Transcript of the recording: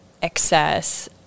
excess